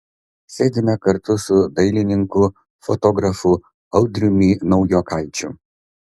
sėdime kartu su dailininku fotografu audriumi naujokaičiu